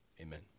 Amen